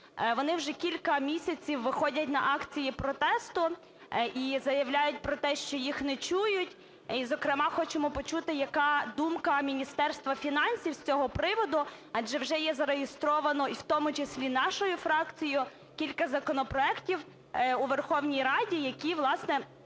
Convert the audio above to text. Вони вже кілька місяців виходять на акції протесту і заявляють про те, що їх не чують. І, зокрема, хочемо почути, яка думка Міністерства фінансів з цього приводу, адже вже є зареєстровано, і в тому числі нашою фракцією, кілька законопроектів у Верховній Раді, які, власне,